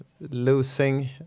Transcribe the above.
losing